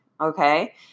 Okay